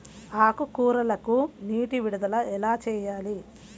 ఆకుకూరలకు నీటి విడుదల ఎలా చేయాలి?